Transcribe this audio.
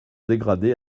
dégrader